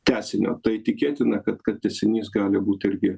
tęsinio tai tikėtina kad kad tęsinys gali būt irgi